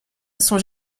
sont